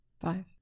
Five